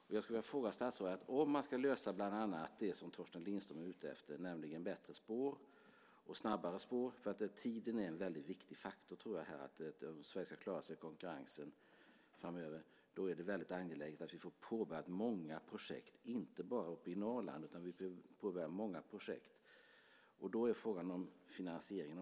Om man ska lösa det som Torsten Lindström är ute efter, nämligen bättre och snabbare spår, är det angeläget att vi får påbörja många projekt, inte bara i Norrland. Jag tror att tiden är en viktig faktor om Sverige ska klara sig i konkurrensen framöver.